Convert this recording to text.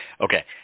Okay